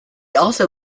also